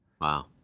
Wow